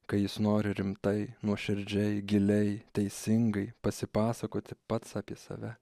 kai jis nori rimtai nuoširdžiai giliai teisingai pasipasakoti pats apie save